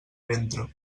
ventre